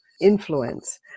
influence